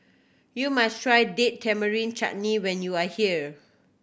you must try Date Tamarind Chutney when you are here